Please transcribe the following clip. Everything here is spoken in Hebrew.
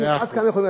עם מי אנחנו מתעסקים?